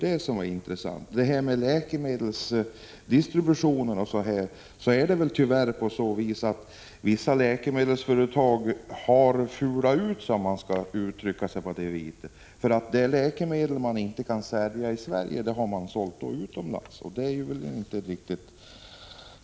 Beträffande läkemedelsdistributionen är det väl tyvärr så att vissa läkemedelsföretag har ”fulat ut”, om jag får uttrycka mig så: de läkemedel som inte kan säljas i Sverige har man i stället sålt utomlands, och det kan väl inte vara riktigt.